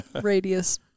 radius